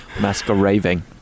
Masquerading